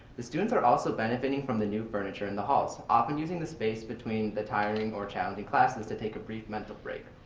the students are also benefiting from the new furniture in the halls. often using the space between the tiring or challenging classes to take a brief mental break.